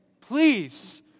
Please